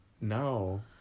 No